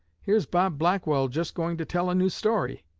here's bob blackwell just going to tell a new story!